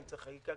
ואם צריך חקיקה,